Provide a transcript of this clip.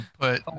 Put